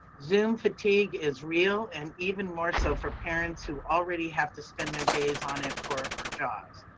zoom fatigue is real and even more so for parents who already have to spend their days on it for our jobs.